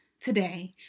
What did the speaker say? today